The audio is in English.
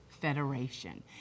Federation